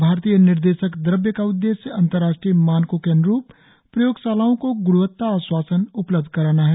भारतीय निर्देशक द्रव्य का उद्देश्य अंतरराष्ट्रीय मानकों के अन्रूप प्रयोगशालाओं को ग्णवत्ता आश्वासन उपलब्ध कराना है